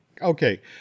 Okay